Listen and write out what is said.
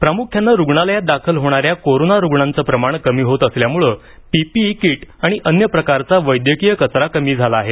प्रामुख्यानं रुग्णालयात दाखल होणाऱ्या कोरोना रुग्णांचं प्रमाण कमी होत असल्यामुळं पीपीई किट आणि अन्य प्रकारचा वैद्यकीय कचरा कमी झाला आहे